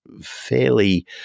fairly